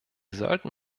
sollten